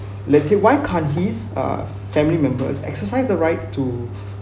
let's say why can't his uh family members exercise the right to